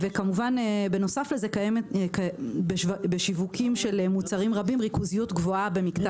כמובן בנוסף קיימת בשיווקים של מוצרים רבים ריכוזיות גבוהה ב- --.